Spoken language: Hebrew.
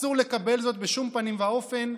אסור לקבל זאת בשום פנים ואופן,